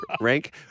Rank